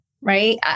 right